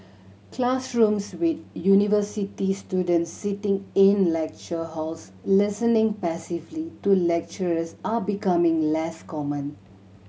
classrooms with university students sitting in lecture halls listening passively to lecturers are becoming less common